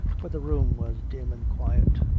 but the room was dim and quiet.